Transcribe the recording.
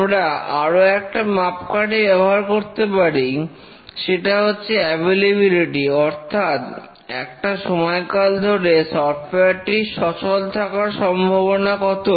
আমরা আরো একটা মাপকাঠি ব্যবহার করতে পারি সেটা হচ্ছে অ্যাভেলেবেলিটি অর্থাৎ একটা সময় কাল ধরে সফটওয়্যার টির সচল থাকার সম্ভাবনা কত